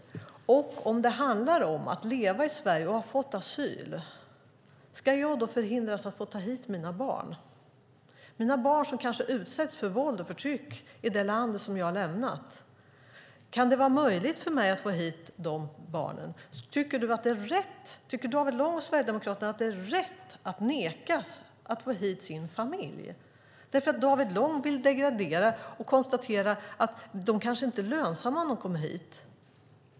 Om jag har fått asyl i Sverige, ska jag då förhindras att få ta hit mina barn? Mina barn kanske utsätts för våld och förtyck i det land jag har lämnat. Ska det vara möjligt för mig att få hit mina barn? Tycker David Lång och Sverigedemokraterna att det är rätt att man ska nekas att få hit sin familj? David Lång degraderar dem och menar att de kanske inte är lönsamma när det kommer hit.